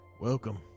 Welcome